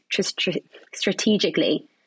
strategically